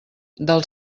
del